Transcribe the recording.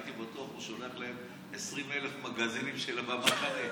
הייתי בטוח שהוא שולח להם 20,000 מגזינים של במחנה.